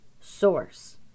source